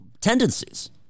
tendencies